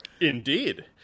Indeed